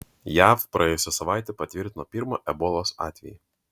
jav praėjusią savaitę patvirtino pirmą ebolos atvejį